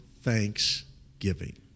thanksgiving